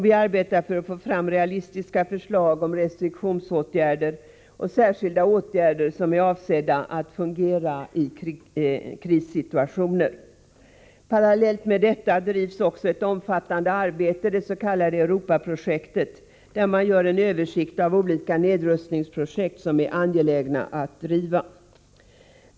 Vi arbetar för att få fram realistiska förslag om restriktionsåtgärder och särskilda åtgärder som är avsedda att fungera i krissituationer. Parallellt med detta drivs ett omfattande arbete i det s.k. Europaprojektet, där man gör en översikt av olika nedrustningsprojekt som är angelägna att driva.